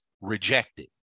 rejected